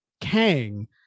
Kang